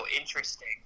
interesting